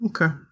okay